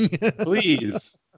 please